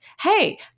Hey